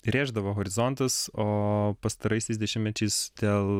rėždavo horizontus o pastaraisiais dešimtmečiais dėl